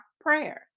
prayers